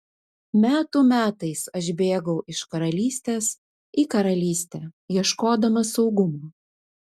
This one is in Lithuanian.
metų metais aš bėgau iš karalystės į karalystę ieškodamas saugumo